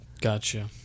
Gotcha